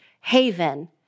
haven